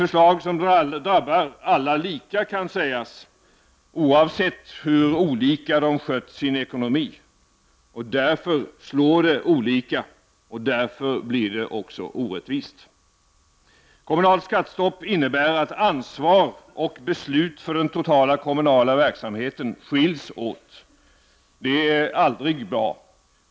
Förslaget drabbar alla lika, kan sägas, oavsett hur olika de skött sin ekonomi. Därför slår det olika, och därför blir det orättvist. Kommunalt skattestopp innebär att ansvar och beslut för den totala kommunala verksamheten skiljs åt. Det är aldrig bra.